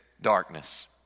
darkness